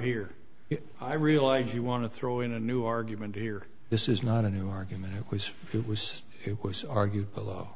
here i realize you want to throw in a new argument here this is not a new argument it was it was it was argued below